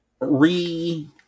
re